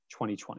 2020